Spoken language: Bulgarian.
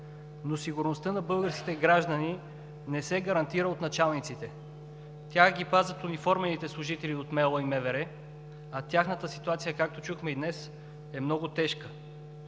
но сигурността на българските граждани не се гарантира от началниците. Тях ги пазят униформените служители от МО и МВР, а тяхната ситуация, както чухме и днес, е много тежка.